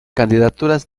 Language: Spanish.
candidaturas